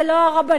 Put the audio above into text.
זה לא הרבנים,